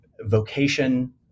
vocation